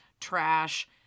trash